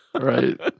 Right